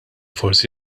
forsi